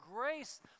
grace